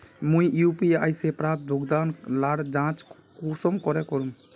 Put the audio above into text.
मुई यु.पी.आई से प्राप्त भुगतान लार जाँच कुंसम करे करूम?